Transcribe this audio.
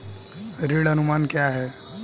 ऋण अनुमान क्या है?